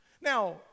Now